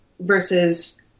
versus